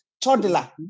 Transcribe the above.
toddler